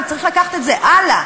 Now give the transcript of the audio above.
אבל צריך לקחת את זה הלאה.